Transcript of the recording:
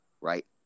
right